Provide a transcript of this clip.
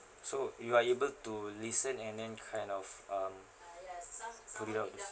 so you are able to listen and then kind of um to read out those